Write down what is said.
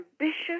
ambitious